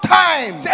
time